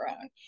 own